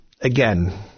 again